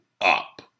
up